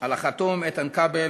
על החתום, איתן כבל,